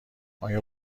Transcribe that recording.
آیا